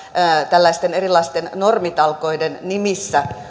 tällaisten erilaisten normitalkoiden nimissä